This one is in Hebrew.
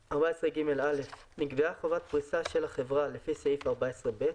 14ג. (א)נקבעה חובת פריסה של החברה לפי סעיף 14ב,